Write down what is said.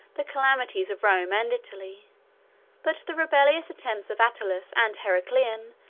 the calamities of rome and italy but the rebellious attempts of attalus and heraclian,